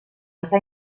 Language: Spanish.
esa